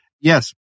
yes